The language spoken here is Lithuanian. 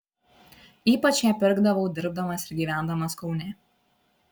ypač ją pirkdavau dirbdamas ir gyvendamas kaune